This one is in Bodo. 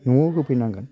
न'आव होफैनांगोन